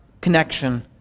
connection